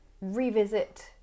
revisit